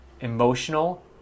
emotional